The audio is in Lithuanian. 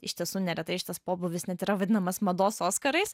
iš tiesų neretai šitas pobūvis net yra vadinamas mados oskarais